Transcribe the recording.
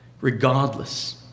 regardless